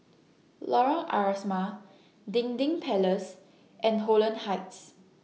Lorong Asrama Dinding Palace and Holland Heights